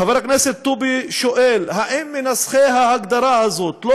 חבר הכנסת טובי שואל אם מנסחי ההגדרה הזאת לא